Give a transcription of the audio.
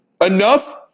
enough